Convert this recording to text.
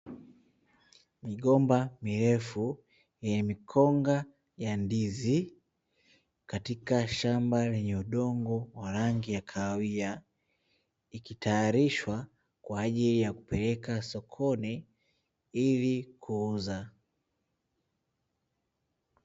Migomba mirefu yenye mikonga ya ndizi Katika shamba yenye udongo wa rangi ya kahawia, tayarishwa kwa ajili ya kupeleka sokoni Ili kuuza.